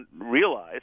realize